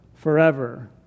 forever